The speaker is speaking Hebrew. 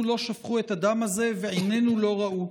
לא שפכו את הדם הזה ועינינו לא ראו.